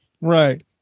Right